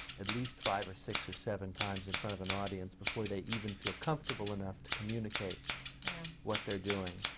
at least five or six or seven times in front of an audience before they even feel comfortable enough to communicate yeah what they're doing.